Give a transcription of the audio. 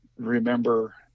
remember